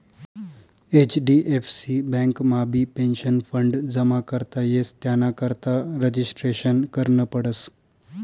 HDFC बँकमाबी pension fund जमा करता येस त्यानाकरता रजिस्ट्रेशन करनं पडस